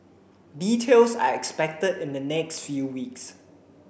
details are expected in the next few weeks